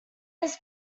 his